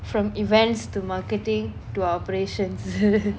from events to marketing to operations